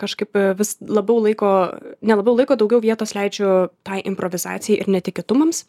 kažkaip vis labiau laiko ne labiau laiko daugiau vietos leidžiu tai improvizacijai ir netikėtumams